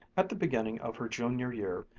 at the beginning of her junior year,